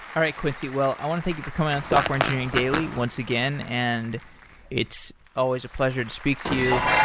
all right quincy, i want to thank you for coming on software engineering daily once again, and it's always a pleasure to speak to you.